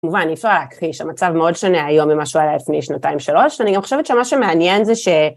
כמובן אי אפשר להכחיש, המצב מאוד שונה היום ממשהו שהוא היה לפני שנתיים שלוש, ואני גם חושבת שמה שמעניין זה ש...